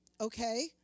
okay